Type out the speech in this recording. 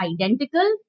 identical